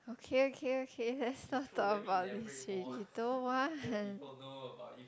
okay okay okay let's not talk about this already don't want